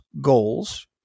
goals